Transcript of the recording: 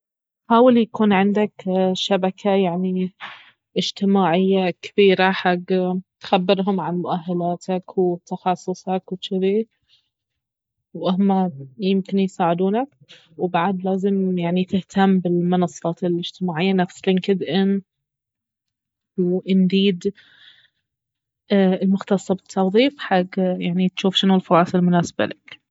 حاول يكون عندك شبكة يعني اجتماعية كبيرة حق تخبرهم عن مؤهلاتك وتخصصك وجذي واهما يمكن يساعدونك وبعد لازم يعني تهتم بالمنصات الاجتماعية نفس لينكد إن وإنديد المختص بالتوظيف حق يعني تجوف شنو الفرص المناسبة لك